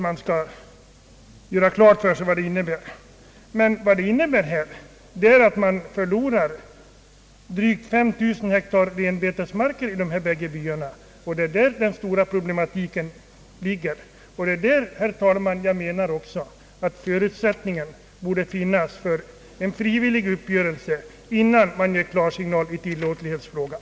Man bör göra klart för sig vad det innebär att förlora drygt 5 000 hektar i renbetesmarker, som man gör i dessa byar; det är där den stora problematiken ligger. Det är också därför, herr talman, som jag menar att det borde skapas förutsättningar för en frivillig uppgörelse innan man ger klarsignal i tillåtlighetsfrågan.